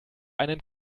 einen